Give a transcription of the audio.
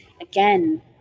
again